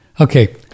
Okay